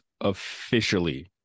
officially